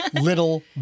Little